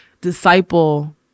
disciple